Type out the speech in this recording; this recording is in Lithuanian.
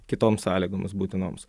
kitoms sąlygoms būtinoms